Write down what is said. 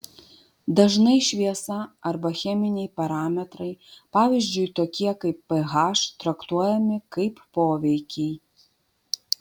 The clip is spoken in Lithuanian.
dažnai šviesa arba cheminiai parametrai pavyzdžiui tokie kaip ph traktuojami kaip poveikiai